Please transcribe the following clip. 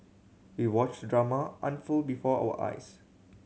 we watched drama unfold before our eyes